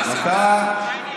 מה קרה?